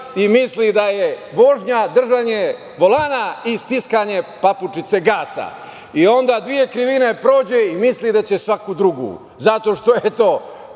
i misli da je vožnja držanje volana i stiskanje papučice gasa i onda dve krivine prođe i misli da će svaku drugu zato što, eto,